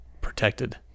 protected